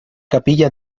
capilla